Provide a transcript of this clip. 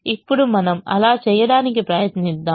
ఇప్పుడు మనము అలా చేయడానికి ప్రయత్నిద్దాం